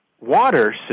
water